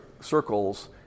circles